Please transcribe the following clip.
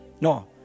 No